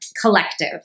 collective